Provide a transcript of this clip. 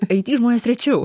it žmonės rečiau